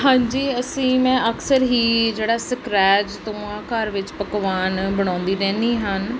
ਹਾਂਜੀ ਅਸੀਂ ਮੈਂ ਅਕਸਰ ਹੀ ਜਿਹੜਾ ਸਕਰੈਚ ਤੋਂ ਆ ਘਰ ਵਿੱਚ ਪਕਵਾਨ ਬਣਾਉਂਦੀ ਰਹਿੰਦੀ ਹਨ